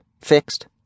fixed